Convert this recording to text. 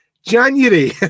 January